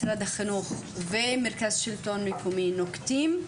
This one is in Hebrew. משרד החינוך ומרכז שלטון מקומי נוקטים,